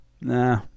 Nah